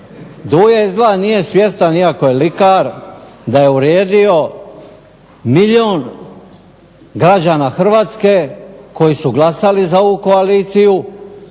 /Govornik se ne razumije./… da je uvrijedio milijun građana Hrvatske koji su glasali za ovu koaliciju.